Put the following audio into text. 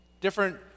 Different